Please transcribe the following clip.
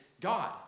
God